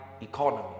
economy